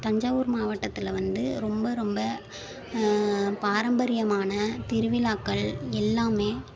தஞ்சாவூர் மாவட்டத்தில் வந்து ரொம்ப ரொம்ப பாரம்பரியமான திருவிழாக்கள் எல்லாமே